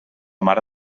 mare